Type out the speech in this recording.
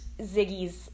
Ziggy's